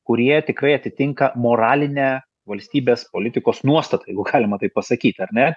kurie tikrai atitinka moralinę valstybės politikos nuostatą jeigu galima taip pasakyt ar ne